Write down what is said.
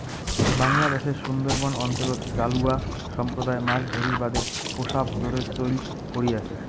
বাংলাদ্যাশের সুন্দরবন অঞ্চলত জালুয়া সম্প্রদায় মাছ ধরির বাদে পোষা ভোঁদরের চৈল করি আচে